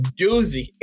doozy